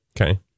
Okay